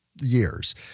years